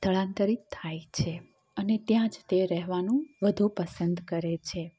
સ્થળાંતરીત થાય છે અને ત્યાં જ તે રહેવાનું વધુ પસંદ કરે છે